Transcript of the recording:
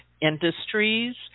industries